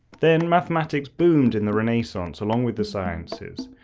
then mathematics boomed in the renaissance along with the sciences.